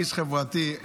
איש חברתי,